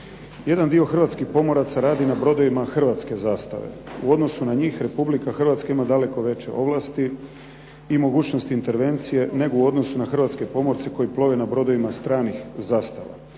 Jedan dio hrvatskih pomoraca radi na brodovima hrvatske zastave. U odnosu na njih Republika Hrvatska ima daleko veće ovlasti i mogućnosti intervencije nego u odnosu na hrvatske pomorce koji plove na brodovima stranih zastava,